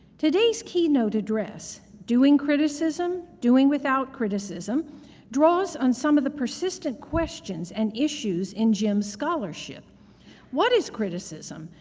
today's keynote address, doing criticism doing without criticism draws on some of the persistent questions and issues in jim's scholarship what is criticism,